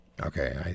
Okay